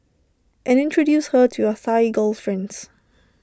and introduce her to your fine girlfriends